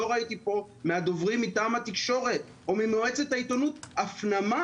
ראיתי פה מהדוברים מטעם התקשורת או ממועצת העיתונות הפנמה